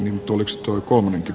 minttu mixtur kolme